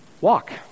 Walk